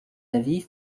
aviv